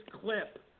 clip